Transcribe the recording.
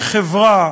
כחברה,